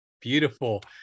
Beautiful